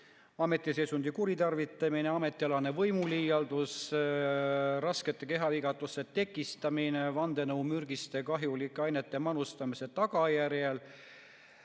ametiseisundi kuritarvitamine, ametialane võimuliialdus, raskete kehavigastuste tekitamine, vandenõu mürgiste ja kahjulike ainete manustamise tagajärjel